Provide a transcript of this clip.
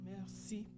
Merci